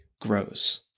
grows